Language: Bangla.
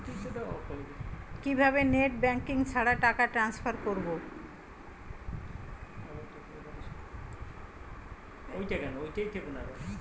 কিভাবে নেট ব্যাংকিং ছাড়া টাকা টান্সফার করব?